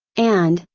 and,